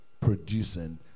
producing